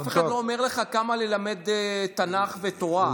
אף אחד לא אומר לך כמה ללמד תנ"ך ותורה.